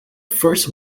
first